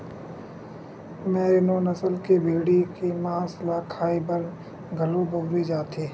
मेरिनों नसल के भेड़ी के मांस ल खाए बर घलो बउरे जाथे